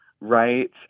right